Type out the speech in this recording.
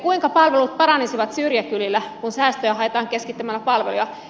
kuinka palvelut paranisivat syrjäkylillä kun säästöjä haetaan keskittämällä palveluja